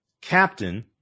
captain